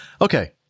Okay